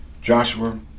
Joshua